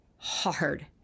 hard